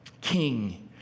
king